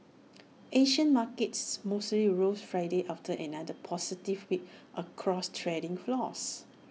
Asian markets mostly rose Friday after another positive week across trading floors